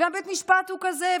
ובית המשפט הוא כזה.